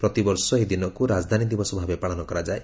ପ୍ରତିବର୍ଷ ଏହି ଦିନକୁ ରାଜଧାନୀ ଦିବସ ଭାବେ ପାଳନ କରାଯାଏ